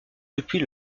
depuis